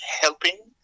helping